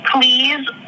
please